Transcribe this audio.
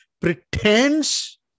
pretends